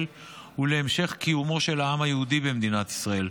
ולהמשך קיומו של העם היהודי במדינת ישראל,